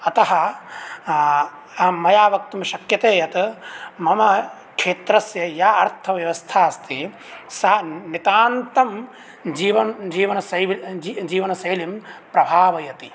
अतः मया वक्तुं शक्यते यत् मम ख्येत्रस्य या अर्थव्यवस्था अस्ति सा नितान्तं जीवन जीवनसैल् जीवनशैलीं प्रभावयति